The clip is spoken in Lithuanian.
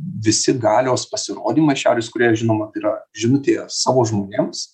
visi galios pasirodymai šiaurės korėjoje žinoma yra žinutė savo žmonėms